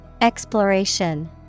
Exploration